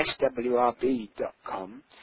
swrb.com